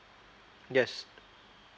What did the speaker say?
yes